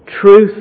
truth